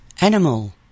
animal